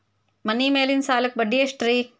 ಮನಿ ಮೇಲಿನ ಸಾಲಕ್ಕ ಬಡ್ಡಿ ಎಷ್ಟ್ರಿ?